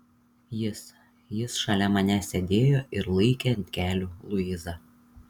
jis jis šalia manęs sėdėjo ir laikė ant kelių luizą